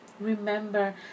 Remember